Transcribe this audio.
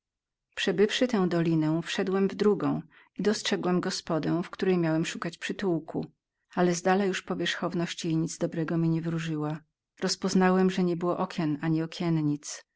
przebywszy tę dolinę wszedłem w drugą i dostrzegłem gospodę w której miałem szukać przytułku ale z dala już powierzchowność jej nic dobrego mi nie wróżyła rozpoznałem że niebyło okien ani okiennic